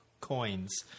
coins